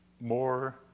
more